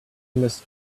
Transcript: must